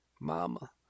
mama